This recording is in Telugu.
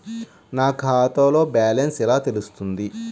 నా ఖాతాలో బ్యాలెన్స్ ఎలా తెలుస్తుంది?